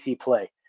play